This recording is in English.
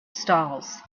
stalls